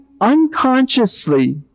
unconsciously